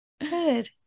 Good